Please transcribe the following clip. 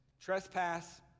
Trespass